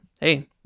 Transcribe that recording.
Hey